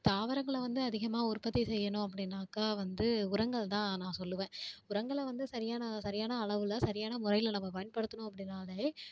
தாவரங்களை வந்து அதிகமாக உற்பத்தி செய்யணும் அப்படினாக்கா வந்து உரங்கள் தான் நான் சொல்லுவேன் உரங்களை வந்து சரியான சரியான அளவில் சரியான முறைல நம்ம பயன்படுத்தினோம் அப்படினாலே